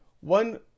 One